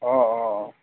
অঁ অঁ অঁ